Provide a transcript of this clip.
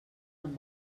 amb